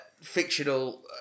fictional